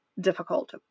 difficult